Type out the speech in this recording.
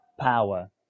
power